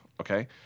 okay